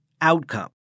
outcome